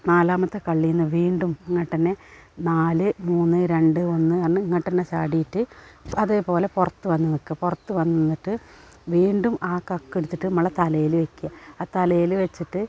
നാലാമത്തെ കള്ളിയെന്നു വീണ്ടും ഇങ്ങോട്ടു തന്നെ നാല് മൂന്ന് രണ്ട് ഒന്ന് എറിഞ്ഞ് ഇങ്ങോട്ടു തന്നെ ചാടിയിട്ട് അതേപോലെ പുറത്തു വന്നു നിൽക്കുക പുറത്തു വന്നു നിന്നിട്ട് വീണ്ടും ആ കക്കെടുത്തിട്ട് നമ്മളുടെ തലയിൽ വെക്കുക ആ തലയിൽ വെച്ചിട്ട്